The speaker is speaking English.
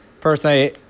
personally